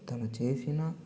తను చేసిన